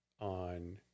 on